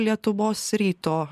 lietuvos ryto